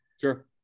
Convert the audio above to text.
Sure